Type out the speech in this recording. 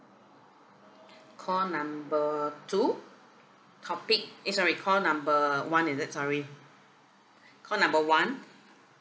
call number two topic eh sorry call number one is it sorry call number one